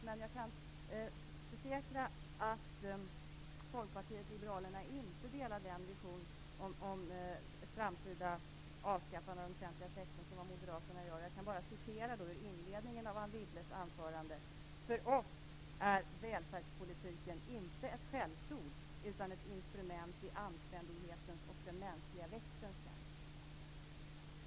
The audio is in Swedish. Jag kan försäkra att Folkpartiet liberalerna inte delar den vision om ett framtida avskaffande av den offentliga sektorn som Moderaterna har. Jag vill hänvisa till vad Anne Wibble sade i inledningen av sitt anförande. Hon sade att för oss är välfärdspolitiken inte ett skällsord utan ett instrument i anständighetens och den mänskliga växtens tjänst. Herr talman!